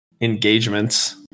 engagements